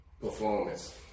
Performance